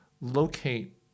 locate